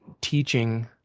teaching